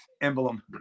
emblem